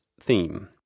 theme